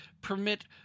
permit